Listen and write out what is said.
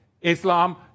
Islam